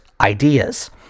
ideas